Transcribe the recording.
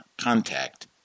contact